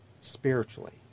spiritually